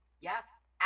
Yes